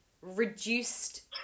reduced